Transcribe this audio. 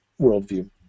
worldview